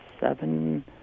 seven